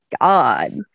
God